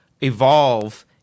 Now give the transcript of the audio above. evolve